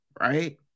right